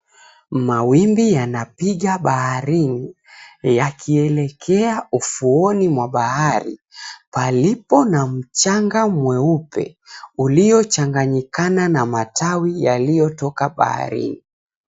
Mawimbi yanapiga baharini, yakielekea ufuoni mwa bahari palipo na mchanga mweupe uliochanganyikana na matawi yaliyotoka baharini.